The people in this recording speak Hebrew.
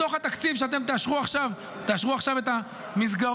בתוך התקציב שאתם תאשרו עכשיו את המסגרות,